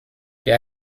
der